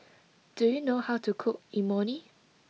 do you know how to cook Imoni